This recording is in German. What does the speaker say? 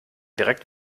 direkt